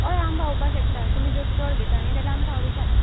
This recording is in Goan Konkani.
हय आम पावोवपाक शकता तुमी जर चड घेता न्ही जाल्यार आमी पावयता